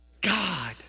God